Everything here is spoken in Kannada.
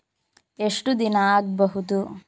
ಎಷ್ಟು ದಿನ ಆಗ್ಬಹುದು?